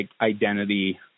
identity